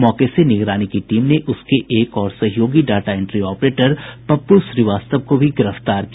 मौके से निगरानी की टीम ने उसके एक और सहयोगी data entry operator Pappu Srivastava को भी गिरफ्तार किया